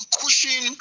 cushion